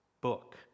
book